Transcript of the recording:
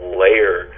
layer